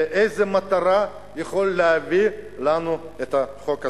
לאיזה מטרה הוא יכול להביא לנו את החוק הזה?